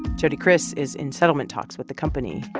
jody kriss is in settlement talks with the company.